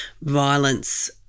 violence